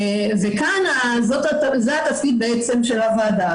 כאן זה התפקיד של הוועדה.